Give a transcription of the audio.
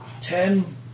ten